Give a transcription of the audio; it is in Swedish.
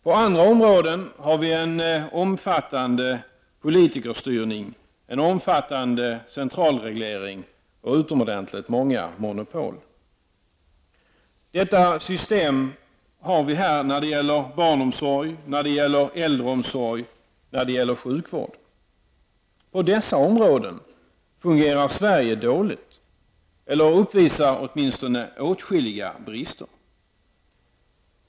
På andra områden har vi en omfattande politikerstyrning och centralreglering och utomordentligt många monopol. Detta system har vi här när det gäller barnomsorg, äldreomsorg och sjukvård. På dessa områden fungerar Sverige dåligt — eller uppvisar åtminstone åtskilliga brister.